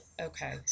Okay